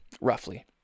roughly